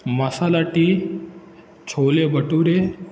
मसाला tea chole bhature